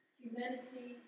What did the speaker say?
humanity